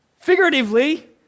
figuratively